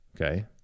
okay